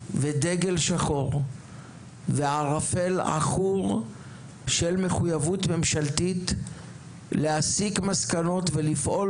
דגל שחור וערפל עכור של מחויבות ממשלתית להסיק מסקנות ולפעול